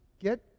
Get